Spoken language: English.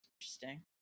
Interesting